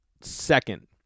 second